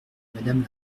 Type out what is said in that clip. madame